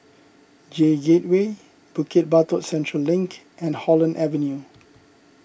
J Gateway Bukit Batok Central Link and Holland Avenue